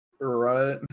Right